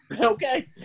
Okay